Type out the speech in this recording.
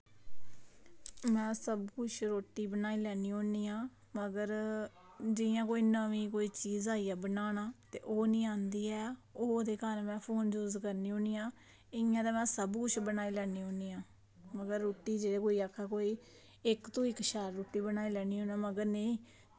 में सबकुछ रुट्टी बनाई लैनी होनी आं अगर जियां की कोई नमीं चीज़ आई जा बनाना ते ओह् नि्ं आंदी ऐ ते ओह्दे आस्तै में फोन यूज़ करनी आं इंया ते में सबकुछ बनाई लैनी होनी आं मगर रुट्टी जे कोई आक्खै कोई इक्क तू इक्क शैल रुट्टी बनाई लैनी होनी में लेकिन नेईं